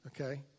okay